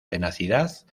tenacidad